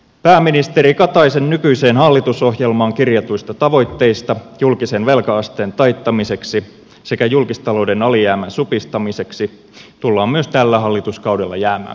pääministeri kataisen nykyiseen hallitusohjelmaan kirjatuista tavoitteista julkisen velka asteen taittamiseksi sekä julkistalouden alijäämän supistamiseksi tullaan myös tällä hallituskaudella jäämään kauaksi